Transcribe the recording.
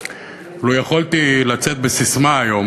לו יכולתי לצאת בססמה היום